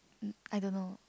I don't know